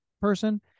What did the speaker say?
person